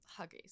huggies